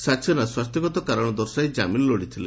ସକ୍ସେନା ସ୍ୱାସ୍ଥ୍ୟଗତ କାରଣ ଦର୍ଶାଇ ଜାମିନ ଲୋଡିଥିଲେ